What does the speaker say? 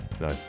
no